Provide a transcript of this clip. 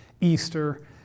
Easter